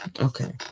okay